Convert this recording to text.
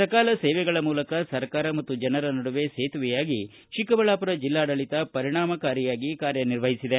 ಸಕಾಲ ಸೇವೆಗಳ ಮೂಲಕ ಸರ್ಕಾರ ಮತ್ತು ಜನರ ನಡುವೆ ಸೇತುವೆಯಾಗಿ ಚಿಕ್ಕಬಳ್ಳಾಪುರ ಜಿಲ್ಲಾಡಳಿತ ಪರಿಣಾಮಕಾರಿಯಾಗಿ ಕಾರ್ಯನಿರ್ವಹಿಸಿದೆ